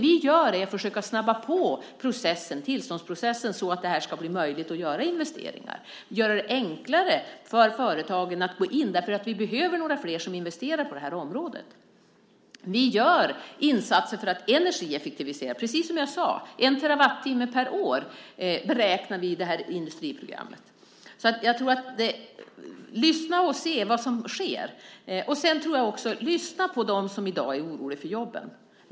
Vi försöker snabba på tillståndsprocessen så att det ska bli möjligt att göra investeringar och enklare för företagen att gå in. Vi behöver några flera som investerar på det här området. Vi gör insatser för att energieffektivisera. Vi beräknar en terawattimme per år i det här industriprogrammet. Lyssna och se vad som sker. Lyssna också på dem som i dag är oroliga för jobben.